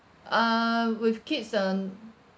uh with kids on